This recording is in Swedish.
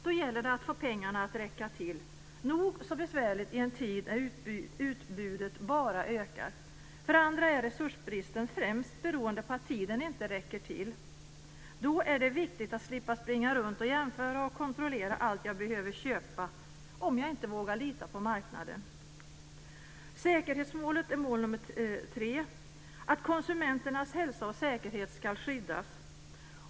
Då gäller det att få pengarna att räcka till. Det är nog så besvärligt i en tid när utbudet bara ökar. För andra är resursbristen främst beroende på att tiden inte räcker till. Då är det viktigt att slippa springa runt och jämföra och kontrollera allt jag behöver köpa om jag inte vågar lita på marknaden. Säkerhetsmålet innebär att konsumenternas hälsaoch säkerhet ska skyddas.